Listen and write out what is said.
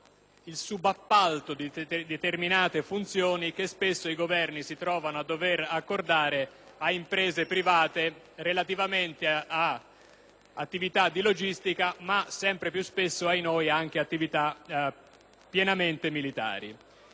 al subappalto di determinate funzioni che spesso i Governi si trovano a dover accordare a imprese private per attività di logistica, ma sempre più spesso - ahinoi - anche pienamente militari.